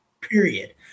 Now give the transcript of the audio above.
period